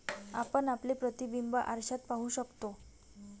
आपण आपले प्रतिबिंब आरशात पाहू शकतो